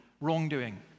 wrongdoing